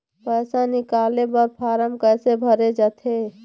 पैसा निकाले बर फार्म कैसे भरे जाथे?